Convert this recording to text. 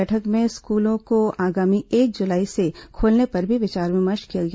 बैठक में स्कूलों को आगामी एक जुलाई से खोलने पर भी विचार विमर्श किया गया